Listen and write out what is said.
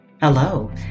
Hello